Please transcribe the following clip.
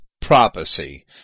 prophecy